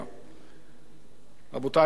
רבותי חברי הכנסת, זה מכוער.